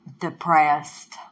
depressed